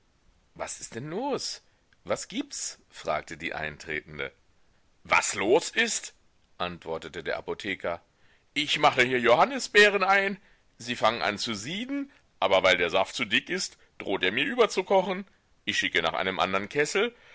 was ist denn los was gibts fragte die eintretende was los ist antwortete der apotheker ich mache hier johannisbeeren ein sie fangen an zu sieden aber weil der saft zu dick ist droht er mir überzukochen ich schicke nach einem andern kessel